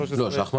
13, נדמה לי.